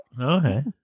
Okay